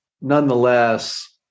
nonetheless